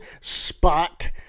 Spot